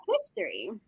history